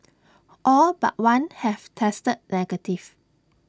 all but one have tested negative